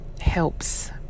helps